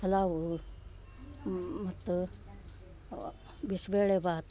ಪಲಾವು ಮತ್ತು ಬಿಸಿಬೇಳೆಭಾತು